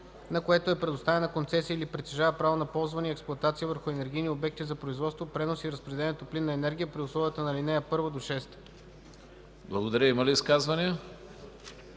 на което е предоставена концесия или притежава право на ползване и експлоатация върху енергийни обекти за производство, пренос и разпределение на топлинна енергия, при условията на ал. 1 – 6.” ПРЕДСЕДАТЕЛ